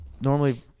normally